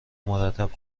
مرتب